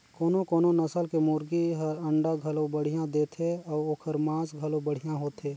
कोनो कोनो नसल के मुरगी हर अंडा घलो बड़िहा देथे अउ ओखर मांस घलो बढ़िया होथे